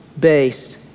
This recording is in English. based